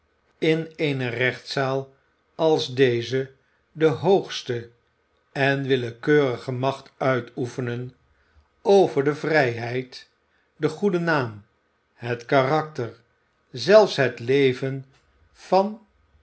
in eene gerechtszaal als deze de hoogste en willekeurige macht uitoefenen over de vrijheid den goeden naam het karakter zelfs het leven van